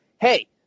hey